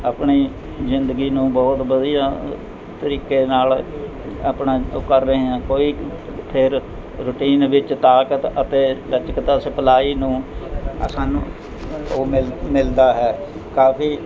ਆਪਣੀ ਜ਼ਿੰਦਗੀ ਨੂੰ ਬਹੁਤ ਵਧੀਆ ਤਰੀਕੇ ਨਾਲ਼ ਆਪਣਾ ਓ ਕਰ ਰਹੇ ਹਾਂ ਕੋਈ ਫਿਰ ਰੂਟੀਨ ਵਿੱਚ ਤਾਕਤ ਅਤੇ ਲਚਕਤਾ ਸਪਲਾਈ ਨੂੰ ਸਾਨੂੰ ਉਹ ਮਿਲ ਮਿਲਦਾ ਹੈ ਕਾਫੀ